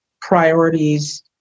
priorities